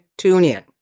TuneIn